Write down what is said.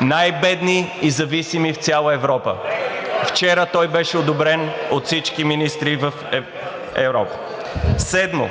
най-бедни и зависими в цяла Европа. Вчера той беше одобрен от всички министри в Европа. Седмо,